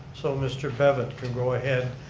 so mr. bevan can go ahead,